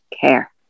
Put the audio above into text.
care